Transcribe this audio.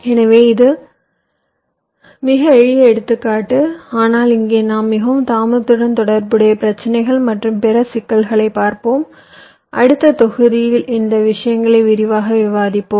எனவே இது மிக எளிய எடுத்துக்காட்டு ஆனால் இங்கே நாம் மிகவும் தாமதத்துடன் தொடர்புடைய பிரச்சினைகள் மற்றும் பிற சிக்கல்களைப் பார்ப்போம் அடுத்த தொகுதிகளில் இந்த விஷயங்களை விரிவாக விவாதிப்போம்